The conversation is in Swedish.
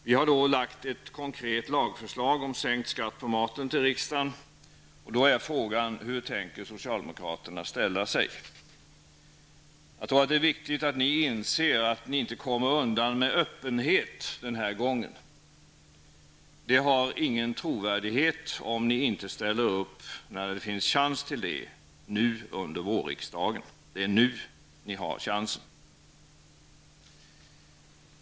Vi har lagt ett konkret lagförslag om sänkt skatt på maten till riksdagen. Hur tänker socialdemokraterna ställa sig? Det är viktigt att ni inser att ni inte kommer undan med ''öppenhet'' den här gången! Det har ingen trovärdighet om ni inte ställer upp när det finns chans till det -- nu under vårriksdagen. Det är nu ni har chansen!